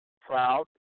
proud